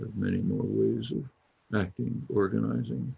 many more ways of backing, organising.